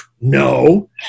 no